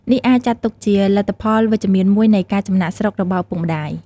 នេះអាចចាត់ទុកជាលទ្ធផលវិជ្ជមានមួយនៃការចំណាកស្រុករបស់ឪពុកម្តាយ។